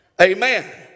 Amen